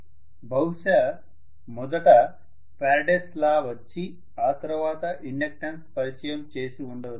బహుశా మొదట Faraday's law వచ్చి ఆ తర్వాత ఇండక్టన్స్ పరిచయం చేసి ఉండొచ్చు